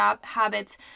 habits